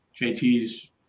JT's